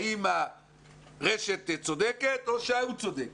האם הרשת צודקת או שההוא צודק.